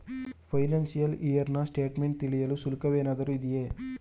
Financial year ನ statement ತಿಳಿಯಲು ಶುಲ್ಕವೇನಾದರೂ ಇದೆಯೇ?